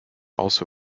also